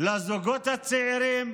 לזוגות הצעירים.